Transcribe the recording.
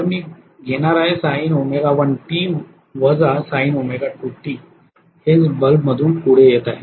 तर मी घेणार आहे sin−sin हेच बल्बमधून पुढे येत आहे